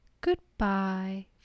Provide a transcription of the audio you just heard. Goodbye